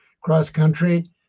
cross-country